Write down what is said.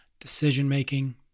decision-making